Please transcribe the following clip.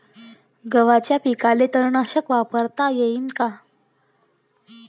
गव्हाच्या पिकाले तननाशक वापरता येईन का?